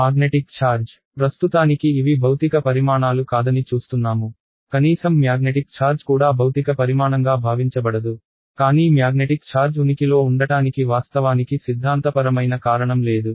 magnetic charge ప్రస్తుతానికి ఇవి భౌతిక పరిమాణాలు కాదని చూస్తున్నాము కనీసం మ్యాగ్నెటిక్ ఛార్జ్ కూడా భౌతిక పరిమాణంగా భావించబడదు కానీ మ్యాగ్నెటిక్ ఛార్జ్ ఉనికిలో ఉండటానికి వాస్తవానికి సిద్ధాంతపరమైన కారణం లేదు